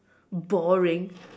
boring